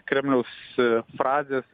kremliaus frazės